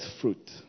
fruit